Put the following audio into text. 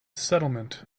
settlement